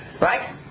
Right